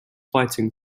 fighting